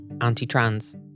anti-trans